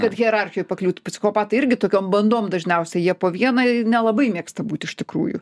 kad hierarchijoj pakliūtų psichopatai irgi tokiom bandom dažniausiai jie po vieną nelabai mėgsta būt iš tikrųjų